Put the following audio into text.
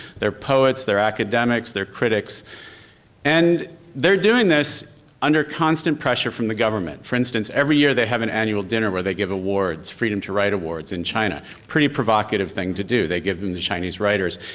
they're poets, they're academics, they're critics and they're doing this under constant pressure from the government. for instance every year they have an annual dinner where they give awards, freedom to write awards in china, pretty provocative thing to do. they give them to chinese writers.